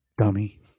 dummy